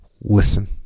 Listen